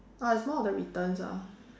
I have more of the returns ah